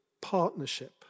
partnership